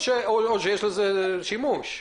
או שיש לזה שימוש.